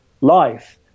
life